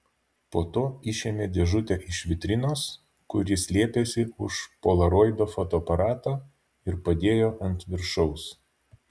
po to išėmė dėžutę iš vitrinos kur ji slėpėsi už polaroido fotoaparato ir padėjo ant viršaus